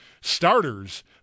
starters